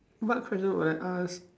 what question would I ask